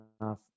enough